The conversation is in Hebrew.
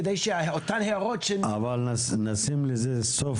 כדי שאותן הערות --- אבל נשים לזה סוף